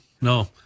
No